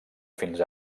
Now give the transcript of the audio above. fins